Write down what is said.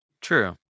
True